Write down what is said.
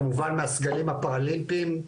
כמובן מהסגלים הפראלימפיים,